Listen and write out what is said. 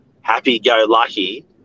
happy-go-lucky